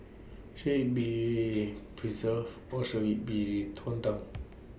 should IT be preserved or should IT be torn down